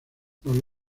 los